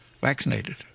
vaccinated